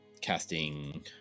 casting